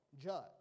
judge